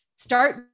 Start